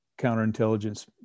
counterintelligence